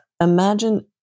imagine